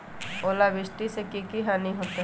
ओलावृष्टि से की की हानि होतै?